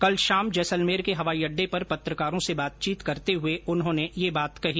कल शाम जैसलमेर के हवाई अड़डे पर पत्रकारों से बातचीत करते हुए उन्होंने यह बात कही